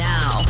Now